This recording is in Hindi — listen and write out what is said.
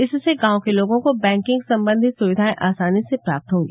इससे गांव के लोगों को बैंकिंग सम्बन्धी सुविधायें आसानी से प्राप्त होंगी